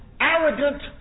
arrogant